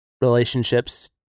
relationships